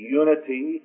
unity